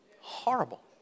Horrible